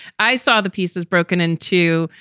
i saw the pieces broken in two,